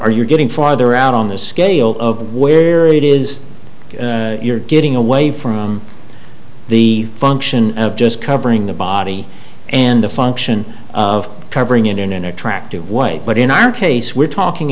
you getting farther out on the scale of where it is you're getting away from the function of just covering the body and the function of covering it in an attractive way but in our case we're talking